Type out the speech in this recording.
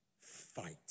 fight